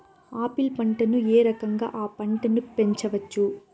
Apple పంటను ఏ రకంగా అ పంట ను పెంచవచ్చు?